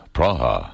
Praha